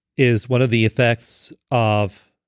is one of the effects of